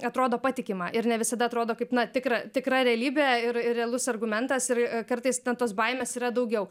atrodo patikima ir ne visada atrodo kaip na tikra tikra realybė ir ir realus argumentas ir kartais ten tos baimės yra daugiau